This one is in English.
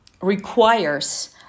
requires